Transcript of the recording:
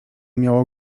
miało